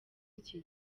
iki